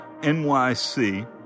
NYC